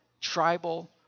tribal